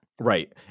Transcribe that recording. Right